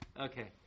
Okay